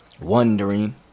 wondering